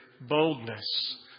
boldness